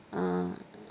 uh